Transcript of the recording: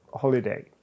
holiday